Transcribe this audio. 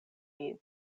ili